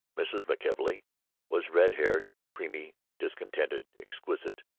mrs. mckelvey was red-haired, creamy, discontented, exquisite,